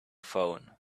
phone